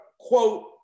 quote